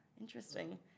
Interesting